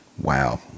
Wow